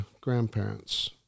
grandparents